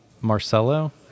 Marcelo